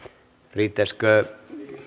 riittäisikö